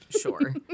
Sure